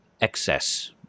excess